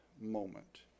moment